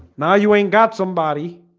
now you ain't got somebody